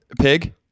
pig